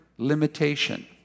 limitation